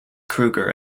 krueger